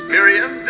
Miriam